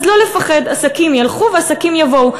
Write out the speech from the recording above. אז לא לפחד, עסקים ילכו ועסקים יבואו.